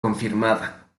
confirmada